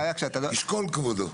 ישקול כבודו.